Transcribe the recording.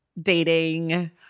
dating